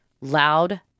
loud